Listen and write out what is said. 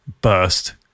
burst